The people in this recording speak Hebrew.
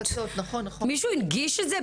מישהו הדגיש את זה?